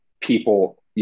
people